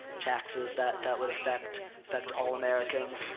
taxes, that, that would affect affect all americans.